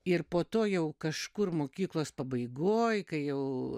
ir po to jau kažkur mokyklos pabaigoj kai jau